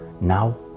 now